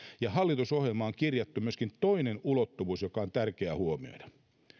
hallitusohjelmaan on kirjattu myöskin toinen ulottuvuus joka on tärkeä huomioida